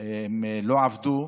הם לא עבדו.